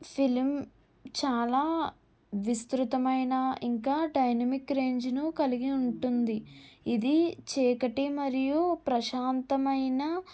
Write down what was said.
film చాలా విస్తృతమైన ఇంకా డైైనమిక్ రేంజ్ను కలిగి ఉంటుంది ఇది చీకటి మరియు ప్రశాంతమైన